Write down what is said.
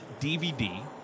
dvd